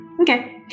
Okay